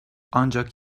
ancak